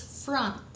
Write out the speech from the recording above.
front